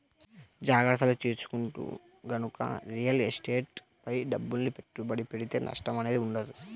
జాగర్తలు తీసుకుంటూ గనక రియల్ ఎస్టేట్ పై డబ్బుల్ని పెట్టుబడి పెడితే నష్టం అనేది ఉండదు